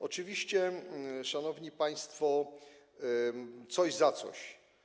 Oczywiście, szanowni państwo: coś za coś.